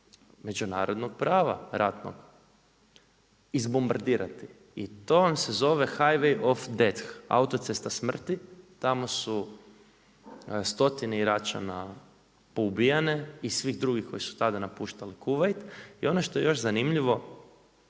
međunarodnog prava ratnog, izbombadirati i to vam se zove …/Govornik se ne razumije./… autocesta smrti, tamo su stotine Iračana poubijane i svi drugi koji su tada napuštali Kuvajt. I ono što je još zanimljivo,